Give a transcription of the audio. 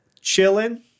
chilling